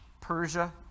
Persia